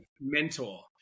mentor